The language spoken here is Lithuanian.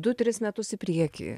du tris metus į priekį